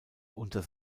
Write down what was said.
unter